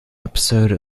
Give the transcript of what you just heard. episode